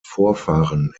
vorfahren